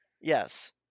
Yes